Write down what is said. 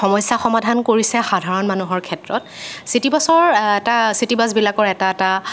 সমস্যা সমাধান কৰিছে সাধাৰণ মানুহৰ ক্ষেত্ৰত চিটিবাছৰ এটা চিটিবাছবিলাকৰ এটা এটা